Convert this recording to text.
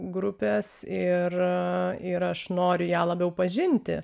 grupės ir ir aš noriu ją labiau pažinti